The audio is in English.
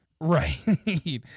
Right